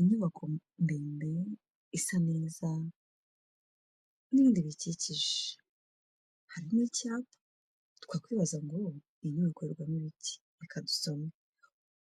Inyubako ndende isa neza n'ibindi bikikije hari n'icyapa, twakwibaza ngo yiyi nyubako ikorerwamo ibiki reka dusome,